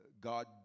God